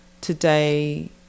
today